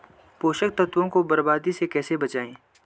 पोषक तत्वों को बर्बादी से कैसे बचाएं?